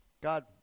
God